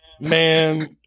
Man